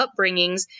upbringings